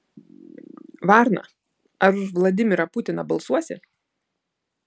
varna ar už vladimirą putiną balsuosi